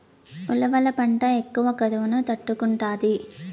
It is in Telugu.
ఉలవల పంట ఎక్కువ కరువును తట్టుకుంటాది